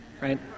right